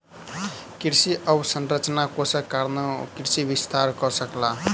कृषि अवसंरचना कोषक कारणेँ ओ कृषि विस्तार कअ सकला